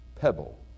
pebble